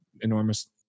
enormous